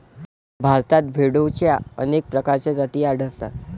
भारतात भेडोंच्या अनेक प्रकारच्या जाती आढळतात